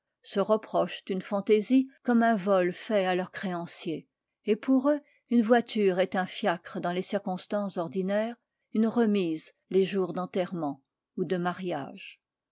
se reprochent une fantaisie comme un vol fait à leurs créanciers et pour eux une voiture est un fiacre dans les circonstances ordinaires une remise les jours d'enterrement ou de mariage